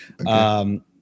Okay